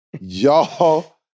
y'all